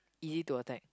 easy to attack